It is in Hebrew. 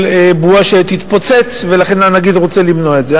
של בועה שתתפוצץ, והנגיד רוצה למנוע את זה.